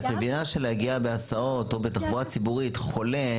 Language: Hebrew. את מבינה מה קורה כשחולה צריך להגיע בתחבורה ציבורית או לחפש חניות.